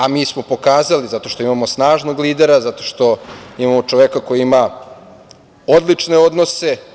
A mi smo pokazali zato što imamo snažnog lidera, zato što imamo čoveka koji ima odlične odnose.